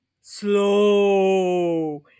slow